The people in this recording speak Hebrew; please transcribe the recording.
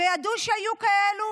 וידעו שהיו כאלו